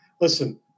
Listen